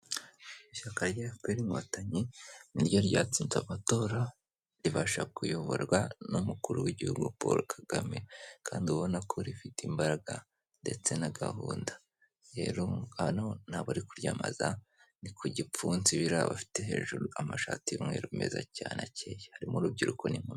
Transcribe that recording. Ishyaka rya efuperi inkotanyi ni ryo ryatsinze amatora, ribasha kuyoborwa n'umukuru w'igihugu Paul Kagame kandi ubona ko rifite imbaraga ndetse na gahunda, rero hano ni abari kuryamamaza, ni ku gipfunsi biriya bafite hejuru, amashati y'umweru meza cyane akeye, harimo urubyiruko n'inkumi.